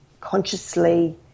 consciously